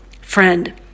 friend